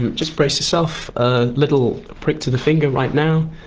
just brace yourself, a little prick to the finger right now,